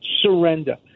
surrender